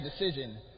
decision